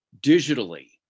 digitally